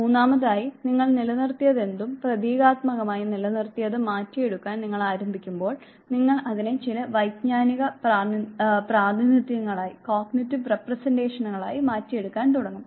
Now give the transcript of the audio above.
മൂന്നാമതായി നിങ്ങൾ നിലനിർത്തിയതെന്തും പ്രതീകാത്മകമായി നിലനിർത്തിയത് മാറ്റിയെടുക്കാൻ നിങ്ങൾ ആരംഭിക്കുമ്പോൾ നിങ്ങൾ അതിനെ ചില വൈജ്ഞാനിക പ്രാതിനിധ്യങ്ങളായി മാറ്റിയെടുക്കാൻ തുടങ്ങും